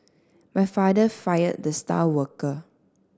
my father fired the star worker